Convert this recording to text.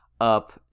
up